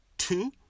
Two